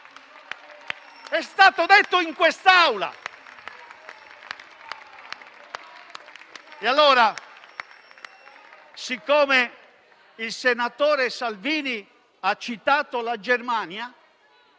È stato detto in quest'Aula. Allora, siccome il senatore Salvini ha citato la Germania,